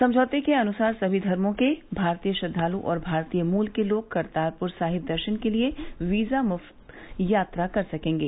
समझौते के अनुसार सभी धर्मो के भारतीय श्रद्वालु और भारतीय मूल के लोग करतारपुर साहिब दर्शन के लिए वीज़ा मुक्त यात्रा कर सकेंगे